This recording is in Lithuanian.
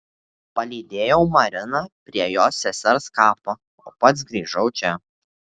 palydėjau mariną prie jos sesers kapo o pats grįžau čia